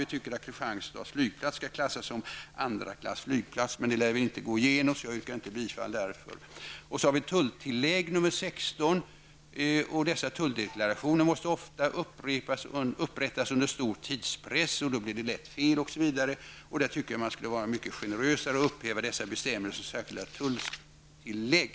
Vi menar att Kristianstads flygplats skall klassas som andra klassens flygplats. Detta lär emellertid inte gå igenom, så jag yrkar därför inte bifall till den reservationen. I reservation nr 16 tar vi upp frågan om tulltillägg. Tulldeklarationer måste ofta upprättas under stor tidspress, vilket gör att det lätt blir fel. Man borde enligt min mening vara mycket generösare och upphäva dessa bestämmelser om särskilda tulltillägg.